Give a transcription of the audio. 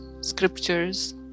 scriptures